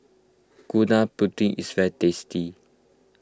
Gudeg Putih is fat tasty